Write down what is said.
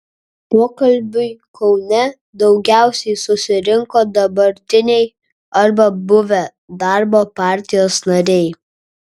pokalbiui kaune daugiausiai susirinko dabartiniai arba buvę darbo partijos nariai